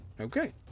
Okay